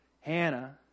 Hannah